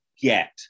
get